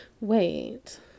Wait